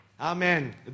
Amen